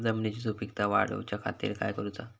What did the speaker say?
जमिनीची सुपीकता वाढवच्या खातीर काय करूचा?